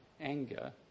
anger